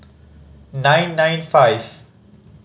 nine nine five